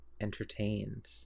entertained